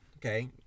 Okay